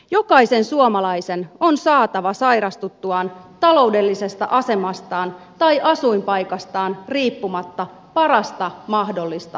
jokaisen suomalaisen on saatava sairastuttuaan taloudellisesta asemastaan tai asuinpaikastaan riippumatta parasta mahdollista hoitoa